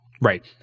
Right